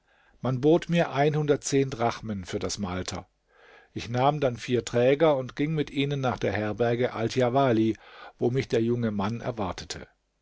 man bot mir drachmen für das malter ich nahm dann vier träger und ging mit ihnen nach der herberge aldjawali wo mich der junge mann erwartete